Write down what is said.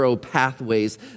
pathways